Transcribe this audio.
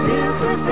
Super